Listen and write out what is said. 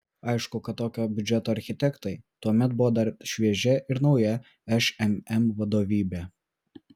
aišku kad tokio biudžeto architektai tuomet buvo dar šviežia ir nauja šmm vadovybė